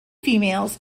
females